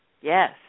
Yes